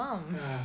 ah